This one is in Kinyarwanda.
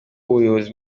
ubuyobozi